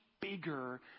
bigger